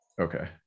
Okay